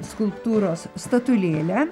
skulptūros statulėlę